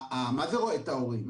מה זה רואה את ההורים?